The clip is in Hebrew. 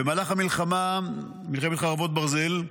במהלך המלחמה, מלחמת חרבות ברזל,